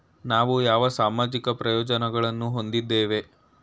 ನಾವು ಯಾವ ಸಾಮಾಜಿಕ ಪ್ರಯೋಜನಗಳನ್ನು ಹೊಂದಿದ್ದೇವೆ?